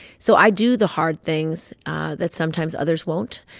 so i do the hard things that sometimes others won't,